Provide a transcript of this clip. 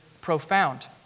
profound